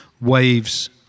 waves